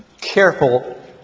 careful